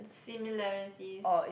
similarities